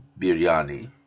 biryani